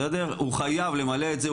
הוא חייב למלא את זה,